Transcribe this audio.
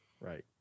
Right